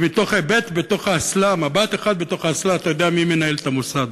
מתוך מבט אחד בתוך האסלה אתה יודע מי מנהל את המוסד,